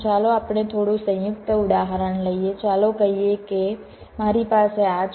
ચાલો આપણે થોડું સંયુક્ત ઉદાહરણ લઈએ ચાલો કહીએ કે મારી પાસે આ છે